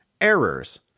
errors